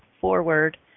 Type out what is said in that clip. forward